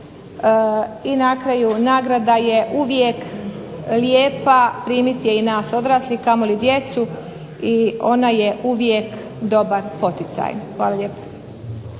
i na kraju nagrada je uvijek lijepa, primiti je i nas odraslih kamoli djecu i ona je uvijek dobar poticaj. Hvala lijepo.